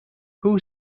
who